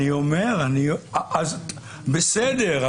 בסדר,